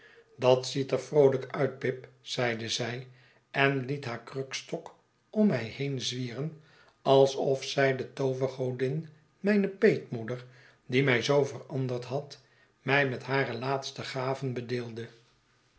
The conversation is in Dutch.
dat ziet er vroolijk uit pip zeide zij en liet haar krukstok om mij heen zwieren alsof zij de toovergodin mijne peetmoeder die mij zoo veranderd had mij met hare laatste gaven bedeelde